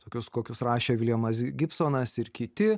tokius kokius rašė viljamas gibsonas ir kiti